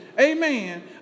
amen